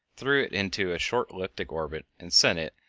threw it into a short elliptic orbit and sent it,